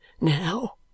now